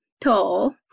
tall